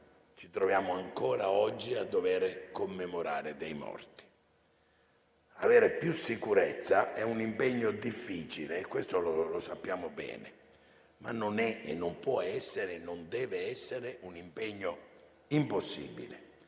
ci troviamo ancora oggi a commemorare dei morti. Avere più sicurezza è un impegno difficile, lo sappiamo bene; ma non è, non può essere e non deve essere un impegno impossibile.